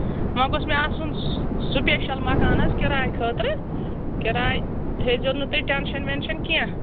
وۄنۍ گوٚژھ مےٚ آسُن سُپیشَل مَکان حظ کِراے خٲطرٕ کِراے ہیزیٚو نہٕ تُہۍ ٹٮ۪نشَن وٮ۪نشَن کیٚنٛہہ